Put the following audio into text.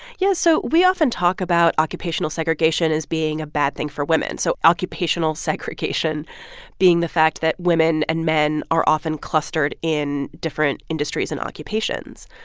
yeah. so we often talk about occupational segregation as being a bad thing for women, so occupational segregation being the fact that women and men are often clustered in different industries and occupations.